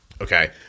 okay